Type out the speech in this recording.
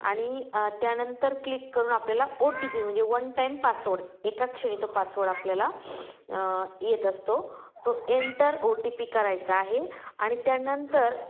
आणि त्यानंतर क्लिक करून आपल्याला ओ टी पी म्हणजे वन टाईम पासवर्ड एका क्षणी तो पासवर्ड आपल्याला येत असतो तो एन्टर ओ टी पी करायचा आहे आणि त्यानंतर